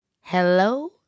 Hello